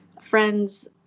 friends